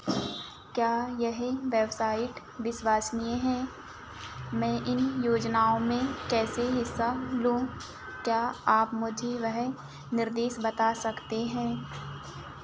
क्या यह वेबसाइट विश्वसनीय है मैं इन योजनाओं में कैसे हिस्सा लूँ क्या आप मुझे वह निर्देश बता सकते हैं